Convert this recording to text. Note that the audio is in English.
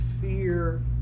fear